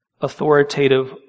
authoritative